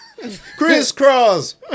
crisscross